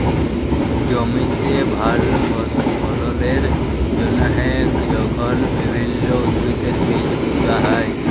জমিতে ভাল ফললের জ্যনহে যখল বিভিল্ল্য উদ্ভিদের বীজ পুঁতা হ্যয়